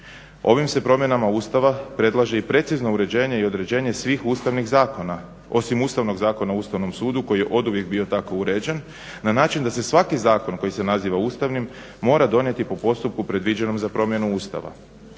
Ovim se promjenama Ustava predlaže i precizno uređenje i određenje svih ustavnih zakona osim Ustavnog zakona o Ustavnom sudu koji je oduvijek bio tako uređen na način da se svaki zakon koji se naziva ustavnim mora donijeti po postupku predviđenom za promjenu Ustava.